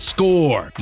Score